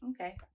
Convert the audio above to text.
Okay